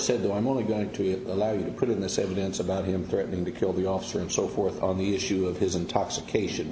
said that i'm only going to allow you to put in the same events about him threatening to kill the officer and so forth on the issue of his intoxication